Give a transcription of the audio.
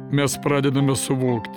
mes pradedame suvokti